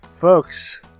Folks